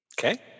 Okay